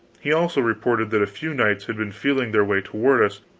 he also reported that a few knights had been feeling their way toward us,